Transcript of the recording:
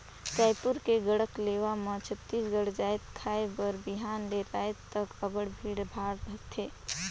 रइपुर के गढ़कलेवा म छत्तीसगढ़ जाएत खाए बर बिहान ले राएत तक अब्बड़ भीड़ भाड़ रहथे